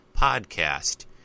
podcast